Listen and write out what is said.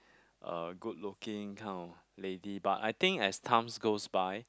uh good looking kind of lady but I think as times goes by